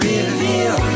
Reveal